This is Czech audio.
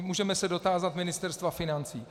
Můžeme se dotázat Ministerstva financí.